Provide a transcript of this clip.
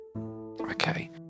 Okay